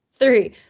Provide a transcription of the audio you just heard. three